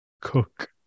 cook